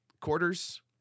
quarters